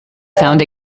found